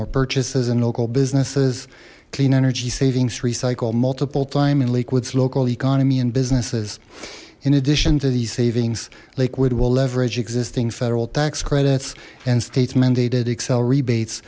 more purchases and local businesses clean energy savings recycle multiple time and liquids local economy and businesses in addition to these savings liquid will leverage existing federal tax credits and state mandated xcel rebates